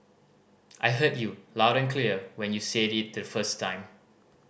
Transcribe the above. I heard you loud and clear when you said it the first time